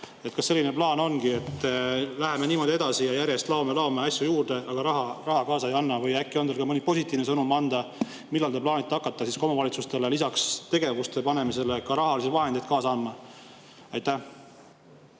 Kas selline plaan ongi, et läheme niimoodi edasi ja järjest laome asju juurde, aga raha kaasa ei anna? Või äkki on teil anda mõni positiivne sõnum, millal te plaanite hakata omavalitsustele lisaks tegevustele nendeks ka rahalisi vahendeid kaasa andma? Aitäh!